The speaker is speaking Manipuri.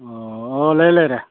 ꯑꯣ ꯑꯣ ꯂꯩꯔꯦ ꯂꯩꯔꯦ